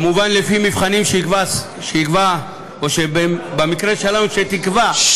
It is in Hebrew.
לפי מבחנים שיקבע, או במקרה שלנו, שתקבע,